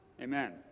Amen